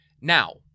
Now